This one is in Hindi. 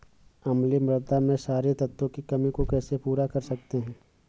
अम्लीय मृदा में क्षारीए तत्वों की कमी को कैसे पूरा कर सकते हैं?